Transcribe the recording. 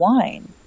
wine